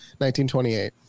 1928